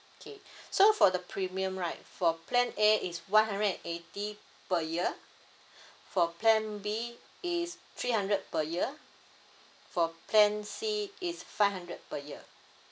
okay so for the premium right for plan A is one hundred and eighty per year for plan B is three hundred per year for plan C is five hundred per year